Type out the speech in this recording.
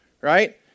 right